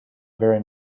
very